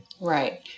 Right